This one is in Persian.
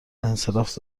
انصراف